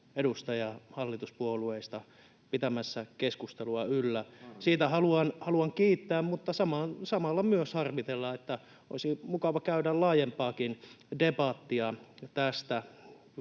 edustaja hallituspuolueista pitämässä keskustelua yllä. Siitä haluan kiittää, mutta samalla myös harmitella, että olisi mukava käydä laajempaakin debattia tästä